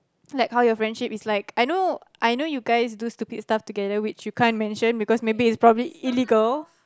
like how your friendship is like I know I know you guys do stupid stuff together which is you can't mention because maybe it's probable illegal